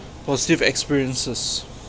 positive experiences